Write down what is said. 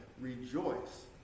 rejoice